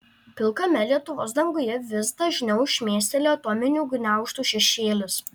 pilkame lietuvos danguje vis dažniau šmėsteli atominių gniaužtų šešėlis